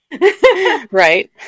Right